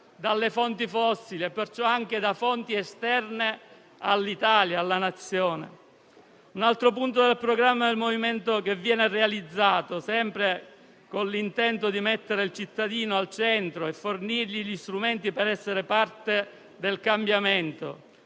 dalle fonti fossili e perciò anche da fonti esterne alla Nazione, un altro punto del programma del Movimento che viene realizzato sempre con l'intento di mettere il cittadino al centro e fornirgli gli strumenti per essere parte del cambiamento